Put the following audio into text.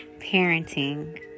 Parenting